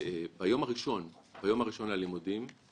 ולכן הוא גם שם בראש הוועדה שלושה